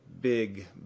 big